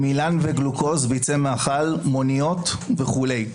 עמילן וגלוקוז, מיצי מאכל, מוניות וכולי.